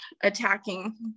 attacking